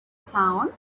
sound